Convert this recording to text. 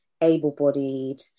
able-bodied